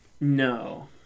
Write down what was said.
No